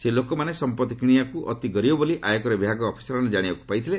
ସେହି ଲୋକମାନେ ସମ୍ପଭି କିଣିବାକୁ ଅତି ଗରିବ ବୋଲି ଆୟକର ବିଭାଗ ଅଫିସରମାନେ ଜାଶିବାକୁ ପାଇଥିଲେ